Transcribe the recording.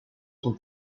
son